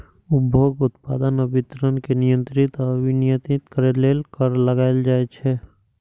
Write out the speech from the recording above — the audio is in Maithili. उपभोग, उत्पादन आ वितरण कें नियंत्रित आ विनियमित करै लेल कर लगाएल जाइ छै